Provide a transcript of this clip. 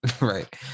right